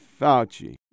Fauci